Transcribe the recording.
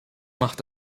macht